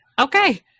okay